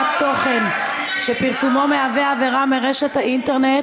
תוכן שפרסומו מהווה עבירה מרשת האינטרנט,